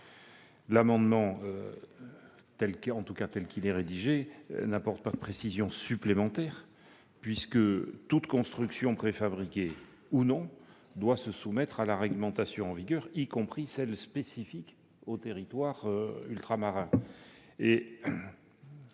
amendement, tel qu'il est rédigé, n'apporte pas de précision supplémentaire, puisque toute construction, préfabriquée ou non, doit se soumettre à la réglementation en vigueur, y compris celle qui est spécifique aux territoires ultramarins.